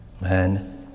Man